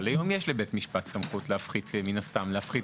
אבל היום יש לבית משפט סמכות להפחית את הסכום.